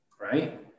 right